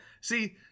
See